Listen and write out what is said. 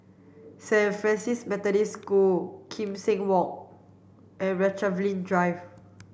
Saint Francis Methodist School Kim Seng Walk and Rochalie Drive